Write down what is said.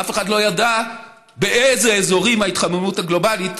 אף אחד לא ידע באיזה אזורים ההתחממות הגלובלית,